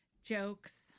jokes